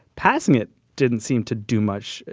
passing it didn't seem to do much.